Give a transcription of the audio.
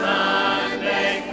Sunday